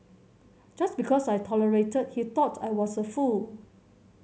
just because I tolerated he thought I was a fool